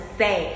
say